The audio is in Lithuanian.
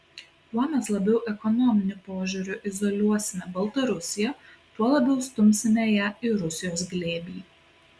kuo mes labiau ekonominiu požiūriu izoliuosime baltarusiją tuo labiau stumsime ją į rusijos glėbį